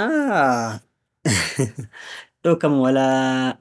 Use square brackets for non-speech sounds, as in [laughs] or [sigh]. Ah, [laughs] ɗo'o kam